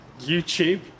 YouTube